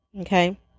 okay